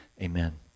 Amen